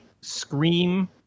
scream